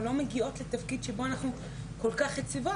לא מגיעות לתפקיד שבו אנחנו כל כך יציבות,